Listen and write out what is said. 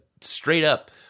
straight-up